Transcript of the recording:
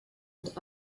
mit